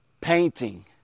painting